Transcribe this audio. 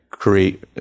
create